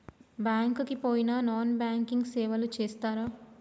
Bank కి పోయిన non banking సేవలు చేస్తరా?